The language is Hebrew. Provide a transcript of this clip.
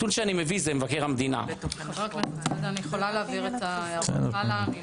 חבר הכנסת סעדה, אני יכולה להעביר את ההערה הלאה.